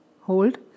hold